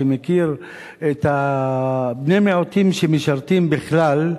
שמכיר את בני המיעוטים שמשרתים בכלל,